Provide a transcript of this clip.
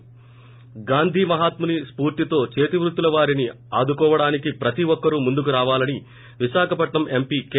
ి గాంధి మహాత్ముని స్పూర్తిలో చేతివృత్తుల వారిని ఆదుకోవడానికి ప్రతీఒక్కరు ముందుకు రావాలని విశాఖపట్సం ఎంపి కె